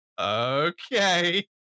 okay